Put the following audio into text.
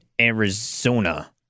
Arizona